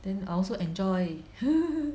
then I also enjoy